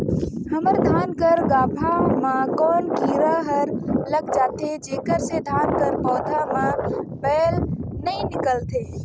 हमर धान कर गाभा म कौन कीरा हर लग जाथे जेकर से धान कर पौधा म बाएल नइ निकलथे?